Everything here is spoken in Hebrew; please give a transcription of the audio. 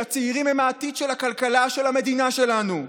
שהצעירים הם העתיד של הכלכלה של המדינה שלנו?